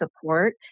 support